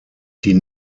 die